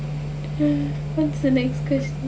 what's the next question